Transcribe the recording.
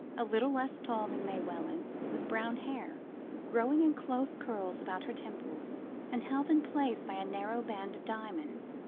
a little less tall than may welland, with brown hair growing in close curls about her temples and held in place by a narrow band of diamonds.